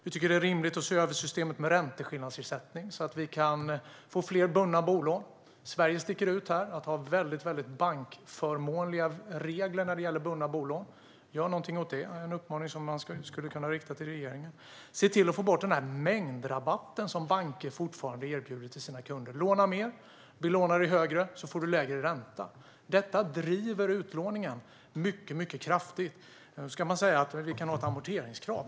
Vi tycker att det är rimligt att se över systemet med ränteskillnadsersättning, så att vi kan få fler bundna bolån. Sverige sticker ut genom att ha väldigt bankförmånliga regler när det gäller bundna bolån. Gör något åt detta! Det är en uppmaning som man skulle kunna rikta till regeringen. Se till att få bort mängdrabatten som banker fortfarande erbjuder till sina kunder! De säger: "Låna mer! Belånar du högre får du lägre ränta." Detta driver utlåningen mycket kraftigt. Man skulle kunna säga att vi ska ha ett amorteringskrav.